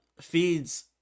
feeds